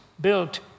built